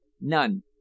None